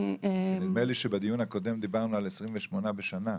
אני --- נדמה לי שבדיון הקודם דיברנו על 28 בשנה.